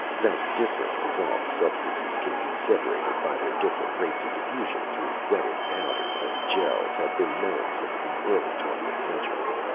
that different dissolved substances can be separated by their different rates of diffusion through wetted powders and geles had been known since the early twentieth century,